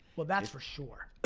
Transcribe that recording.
well that's for sure.